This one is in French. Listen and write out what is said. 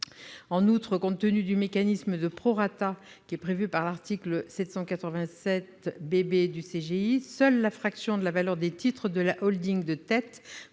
En outre, compte tenu du mécanisme de prorata prévu par le b de l'article 787 B du CGI, seule la fraction de la valeur des titres de la holding de tête